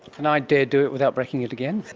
can i dare do it without breaking it again?